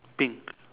pink